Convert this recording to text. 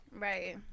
Right